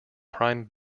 prime